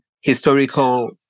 historical